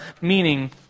meaning